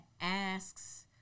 asks